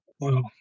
Wow